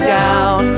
down